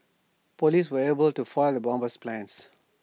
Police were able to foil the bomber's plans